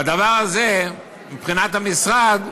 והדבר הזה, מבחינת המשרד,